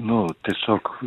nu tiesiog